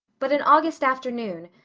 but an august afternoon,